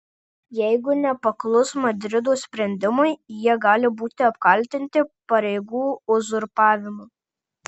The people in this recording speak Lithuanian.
jeigu nepaklus madrido sprendimui jie gali būti apkaltinti pareigų uzurpavimu